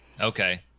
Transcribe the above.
okay